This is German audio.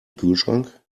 kühlschrank